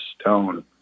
stone